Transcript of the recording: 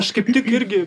aš kaip tik irgi